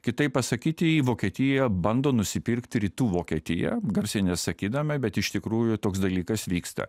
kitaip pasakyti vokietiją bando nusipirkti rytų vokietija garsiai nesakydama bet iš tikrųjų toks dalykas vyksta